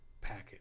packet